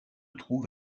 trouve